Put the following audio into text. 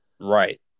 Right